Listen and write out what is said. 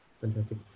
Fantastic